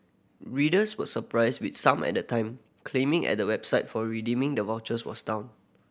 readers were surprised with some at the time claiming at the website for redeeming the vouchers was down